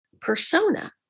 persona